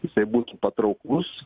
jisai būtų patrauklus